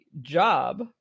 job